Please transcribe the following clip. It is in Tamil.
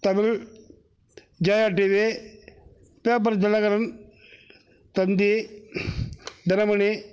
Tamil Jaya TV paper Dinakaran Thanthi Dinamani